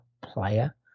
player